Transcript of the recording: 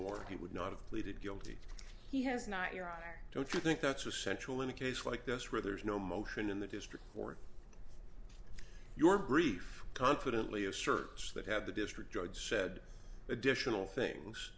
he would not have pleaded guilty he has not your honor don't you think that's essential in a case like this where there is no motion in the district court your brief confidently assert that had the district judge said additional things